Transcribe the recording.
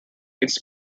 its